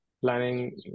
planning